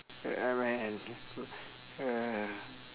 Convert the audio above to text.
ya man ya